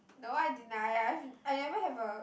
no I deny I've I never have a